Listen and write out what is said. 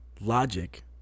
Logic